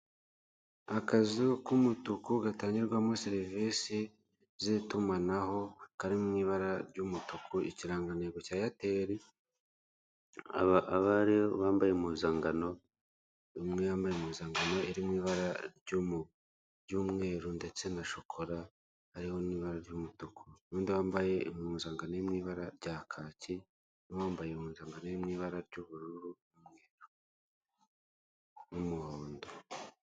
Akazu k'umutuku gatangirwamo serivisi z'itumanaho kari mu ibara ry'umutuku ikirangantego cya eyateli, abariho bambaye impuzangano umwe yambaye impuzangano iri mu ibara ry'umweru ndetse na shokora hariho n'ibara ry'umutuku, undi wambaye impuzangano iri mu ibara rya kaki n'uwambaye impuzankano iri mu ibara ry'ubururu n'umuhondo.